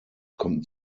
konnten